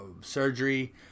surgery